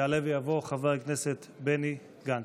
יעלה ויבוא חבר הכנסת בני גנץ.